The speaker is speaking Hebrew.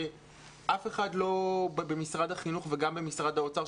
שאף אחד במשרד החינוך וגם לא במשרד האוצר,